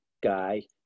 guy